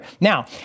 Now